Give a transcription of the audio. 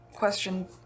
question